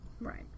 Right